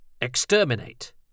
exterminate